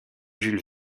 jules